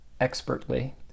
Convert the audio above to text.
expertly